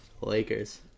Lakers